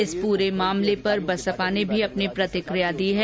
इस पूरे मामले पर बसपा ने भी अपनी प्रतिक्रिया दी है